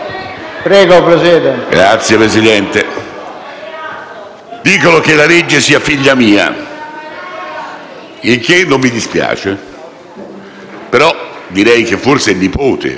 Dicono che la legge sia figlia mia, il che non mi dispiace, però direi che forse è nipote, perché era un'idea che è stata poi sviluppata.